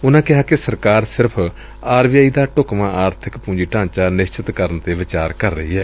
ਉਨੂਾਂ ਕਿਹਾ ਸਰਕਾਰ ਸਿਰਫ ਆਰ ਬੀ ਆਈ ਦਾ ਢੁਕਵਾ ਆਰਥਿਕ ਪੂੰਜੀ ਢਾਚਾ ਨਿਸ਼ਚਿਤ ਕਰਨ ਤੇ ਵਿਚਾਰ ਕਰ ਰਹੀ ਏ